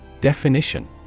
Definition